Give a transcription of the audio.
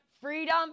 freedom